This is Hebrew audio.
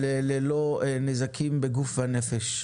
לשמחתנו לא היו נזקים בגוף ונפש.